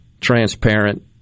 transparent